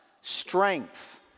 Strength